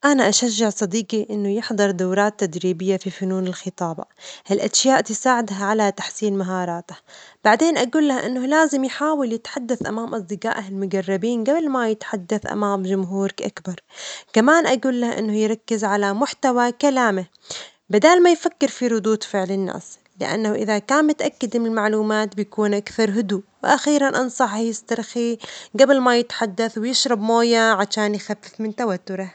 أنا أشجع صديجي إنه يحضر دورات تدريبية في فنون الخطابة؛ ها الأشياء تساعده على تحسين مهاراته، بعدين أجول له إنه لازم يحاول يتحدث أمام أصدجائه المجربين جبل ما يتحدث أمام جمهور أكبر، كمان أقول له إنه يركز على محتوى كلامه بدال ما يفكر في ردود فعل الناس، لأنه إذا كان متأكد من المعلومات، بيكون أكثر هدوء، وأخيرًا، أنصحه يسترخي جبل ما يتحدث ويشرب موية عشان يخفف من توتره.